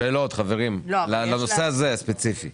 יש שאלות לנושא הספציפי הזה?